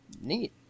Neat